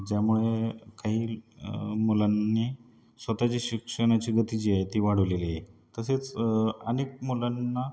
ज्यामुळे काही मुलांनी स्वतःची शिक्षणाची गति जी आहे ती वाढवलेली आहे तसेच अनेक मुलांना